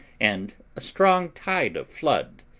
and a strong tide of flood,